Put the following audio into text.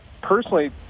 personally